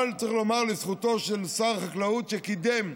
צריך לומר לזכותו של שר החקלאות שהוא קידם,